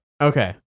okay